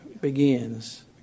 begins